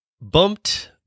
Bumped